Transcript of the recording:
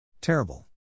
Terrible